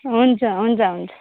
हुन्छ हुन्छ हुन्छ